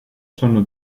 sono